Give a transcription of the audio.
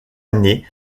année